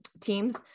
teams